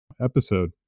episode